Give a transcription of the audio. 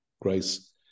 Grace